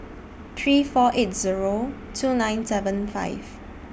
three four eight Zero two nine seven five